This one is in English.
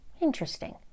Interesting